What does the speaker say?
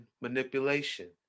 manipulation